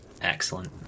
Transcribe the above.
Excellent